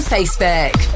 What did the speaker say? Facebook